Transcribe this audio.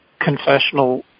confessional